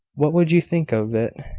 what would you think of it,